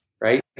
right